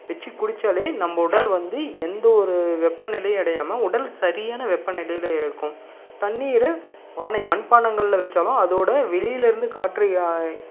வச்சு குடித்தாலே நம்ம உடல் வந்து எந்த ஒரு வெப்பநிலையும் அடையாமல் உடல் சரியான வெப்ப நிலையில் இருக்கும் தண்ணீர் பானை மண் பாண்டங்களில் வைச்சாலும் அதோட வெளியிலிருந்து காற்று